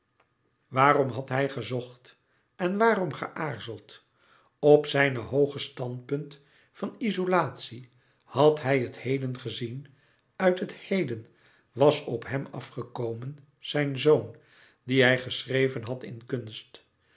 waarom had hij gezocht en waarom geaarzeld op zijn hooge standpunt van izolatie had hij het heden gezien uit het heden was een op hem afgekomen zijn zoon dien hij geschreven had in kunst